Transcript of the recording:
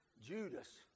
Judas